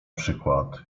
przykład